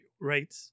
right